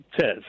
says